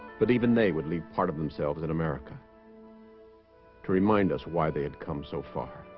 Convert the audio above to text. but even they would leave part of themselves in america to remind us why they had come so far